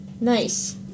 Nice